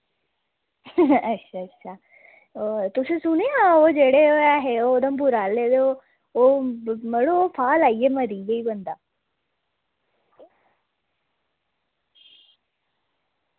अच्छा अच्छा ओह् तुसें सुनेआ ओह् जेह्ड़े ऐहे उधमपुर आह्ले ओह् मड़ो फाह् लाइयै मरी गेदा ई बंदा